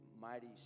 mighty